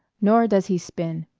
nor does he spin